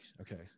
okay